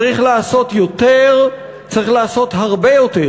צריך לעשות יותר, צריך לעשות הרבה יותר,